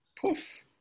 poof